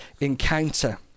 encounter